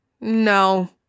no